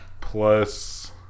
plus